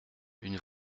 une